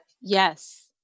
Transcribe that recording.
Yes